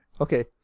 Okay